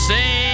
Say